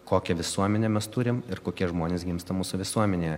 kokią visuomenę mes turim ir kokie žmonės gimsta mūsų visuomenėje